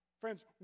friends